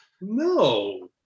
no